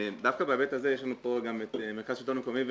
דווקא בהיבט הזה יש לנו פה את מרכז שלטון המקומי,